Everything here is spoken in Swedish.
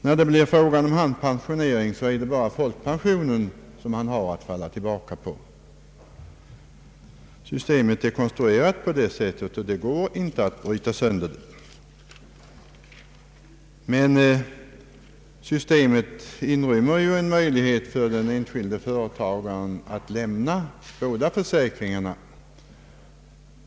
När det blir fråga om pension har han endast folkpensionen att falla tillbaka på. Systemet är konstruerat på det sättet när de båda försäkringarna är beroende av varandra och det går inte att bryta sönder. Systemet inrymmer en möjlighet för den enskilde företagaren att lämna båda försäkringarna.